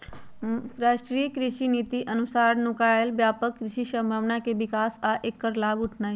राष्ट्रीय कृषि नीति अनुसार नुकायल व्यापक कृषि संभावना के विकास आ ऐकर लाभ उठेनाई